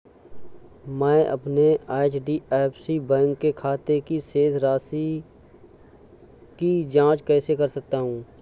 मैं अपने HDFC bank के खाते की शेष राशि की जाँच कैसे कर सकता हूँ?